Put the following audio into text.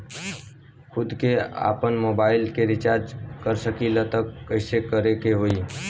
खुद से आपनमोबाइल रीचार्ज कर सकिले त कइसे करे के होई?